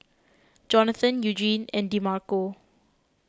Jonathan Eugenie and Demarco